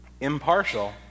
impartial